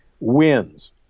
wins